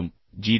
இப்போது ஜி